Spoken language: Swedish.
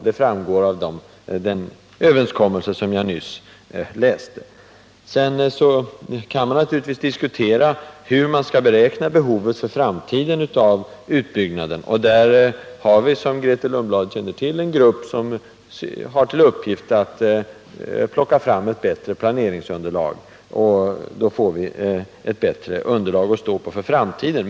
Det framgår av den överenskommelse som jag nyss läste upp. Sedan kan man naturligtvis diskutera hur man för framtiden skall beräkna behovet av utbyggnad. Där har vi, som Grethe Lundblad känner till, en grupp som har till uppgift att plocka fram ett bättre planeringsunderlag. Då får vi en bättre grund att stå på för framtiden.